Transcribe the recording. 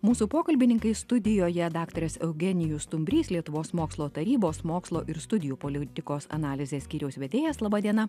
mūsų pokalbininkai studijoje daktaras eugenijus stumbrys lietuvos mokslo tarybos mokslo ir studijų politikos analizės skyriaus vedėjas laba diena